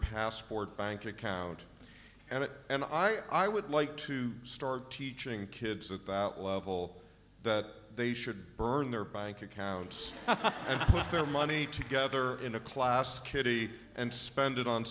passport bank account and it and i would like to start teaching kids at that level that they should burn their bike accounts and their money together in a class kitty and spend it on